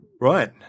Right